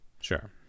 Sure